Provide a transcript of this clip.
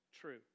true